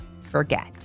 forget